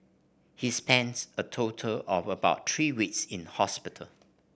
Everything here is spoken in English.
he spents a total of about three weeks in hospital